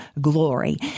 glory